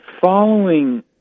following